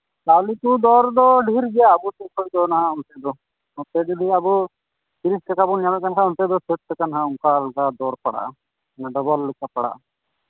ᱪᱟᱣᱞᱮ ᱠᱚ ᱫᱚᱨ ᱫᱚ ᱰᱷᱮᱹᱨ ᱜᱮᱭᱟ ᱟᱵᱚ ᱥᱮᱫ ᱠᱷᱚᱱ ᱦᱟᱸᱜ ᱚᱱᱚᱛᱮ ᱫᱚ ᱱᱚᱛᱮ ᱡᱩᱫᱤ ᱟᱵᱚ ᱛᱤᱨᱤᱥ ᱴᱟᱠᱟ ᱵᱚᱱ ᱧᱟᱢᱮᱫ ᱠᱷᱟᱱ ᱚᱱᱛᱮ ᱫᱚ ᱦᱟᱸᱜ ᱥᱟᱴ ᱴᱟᱠᱟ ᱚᱱᱠᱟ ᱵᱮᱯᱟᱨ ᱫᱚᱨ ᱯᱟᱲᱟᱜᱼᱟ ᱢᱟᱱᱮ ᱰᱚᱵᱚᱞ ᱞᱮᱠᱟ ᱯᱟᱲᱟᱜᱼᱟ